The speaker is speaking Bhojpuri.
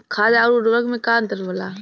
खाद्य आउर उर्वरक में का अंतर होला?